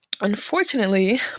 unfortunately